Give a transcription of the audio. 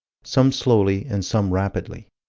some slowly and some rapidly.